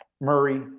Murray